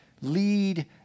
lead